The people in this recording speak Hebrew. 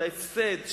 של ההפסד,